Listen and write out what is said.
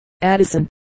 Addison